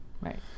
right